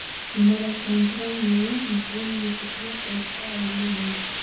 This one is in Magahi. हमर अकाउँटवा मे जून में केतना पैसा अईले हे?